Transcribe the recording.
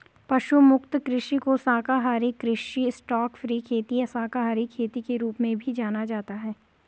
पशु मुक्त कृषि को शाकाहारी कृषि स्टॉकफ्री खेती या शाकाहारी खेती के रूप में भी जाना जाता है